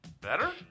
better